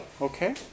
Okay